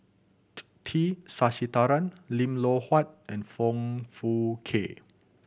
T Sasitharan Lim Loh Huat and Foong Fook Kay